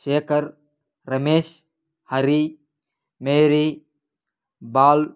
Shekhar Ramesh Hari Mary ball